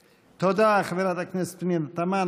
" תודה, חברת הכנסת פנינה תמנו.